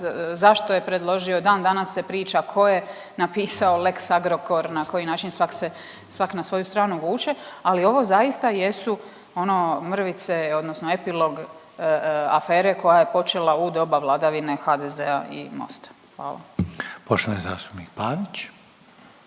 zašto je predložio. Dan danas se priča ko je napisao lex Agrokor na koji način svak na svoju stranu vuče, ali ovo zaista jesu mrvice odnosno epilog afere koja je počela u doba vladavine HDZ-a i Mosta. Hvala. **Reiner,